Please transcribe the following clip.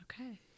okay